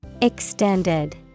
extended